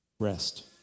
rest